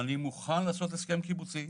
אני מוכן לעשות הסכם קיבוצי.